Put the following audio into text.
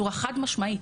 וזה בצורה חד משמעית.